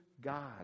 God